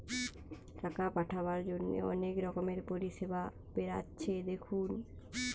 টাকা পাঠাবার জন্যে অনেক রকমের পরিষেবা বেরাচ্ছে দেখুন